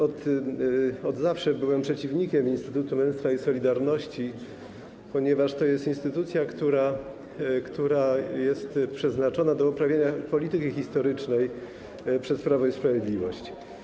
Od zawsze byłem przeciwnikiem Instytutu Męstwa i Solidarności, ponieważ to jest instytucja, która jest przeznaczona do uprawiania polityki historycznej przez Prawo i Sprawiedliwość.